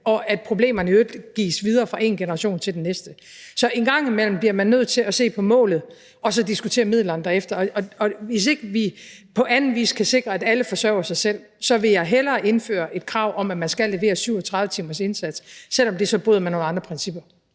og at problemerne i øvrigt gives videre fra en generation til den næste. Så en gang imellem bliver man nødt til at se på målet og så diskutere midlerne derefter. Og hvis ikke vi på anden vis kan sikre, at alle forsørger sig selv, så vil jeg hellere indføre et krav om, at man skal levere en 37-timersindsats, selv om det så bryder med nogle andre principper.